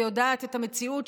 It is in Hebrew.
ויודעת את המציאות,